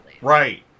Right